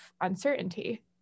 uncertainty